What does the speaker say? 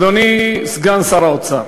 אדוני, סגן שר האוצר,